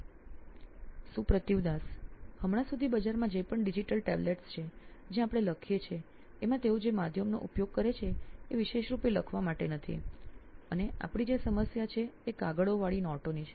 સુપ્રતિવ Das CTO નોઇન electronics હમણાં સુધી બજારમાં જે પણ ડિજિટલ ટેબ્લેટ્સ છે જ્યાં આપણે લખીએ છીએ એમાં તેઓ જે માધ્યમનો ઉપયોગ કરે છે એ વિશેષરૂપે લખવા માટે નથી અને આપણી જે સમસ્યા છે તે કાગળોવાળી નોટોની છે